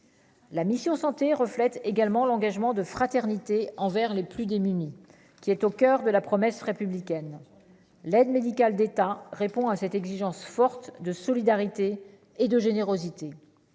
La mission Santé reflète également l'engagement de fraternité envers les plus démunis qui est au coeur de la promesse républicaine: l'aide médicale d'État répond à cette exigence forte de solidarité et de générosité,